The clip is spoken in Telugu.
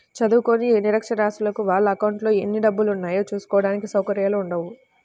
చదువుకోని నిరక్షరాస్యులకు వాళ్ళ అకౌంట్లలో ఎన్ని డబ్బులున్నాయో చూసుకోడానికి సౌకర్యాలు ఉండవు